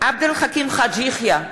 עבד אל חכים חאג' יחיא,